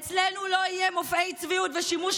אצלנו לא יהיו מופעי צביעות ושימוש